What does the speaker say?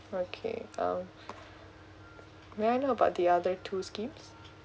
okay um may I know about the other two schemes